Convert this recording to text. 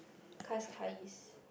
Cascais